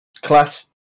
class